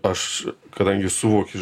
aš kadangi suvokiu